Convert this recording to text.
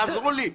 תעזרו לי.